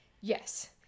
Yes